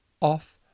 off